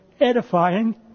edifying